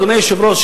אדוני היושב-ראש,